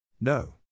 No